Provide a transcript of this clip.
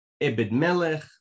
Ebed-Melech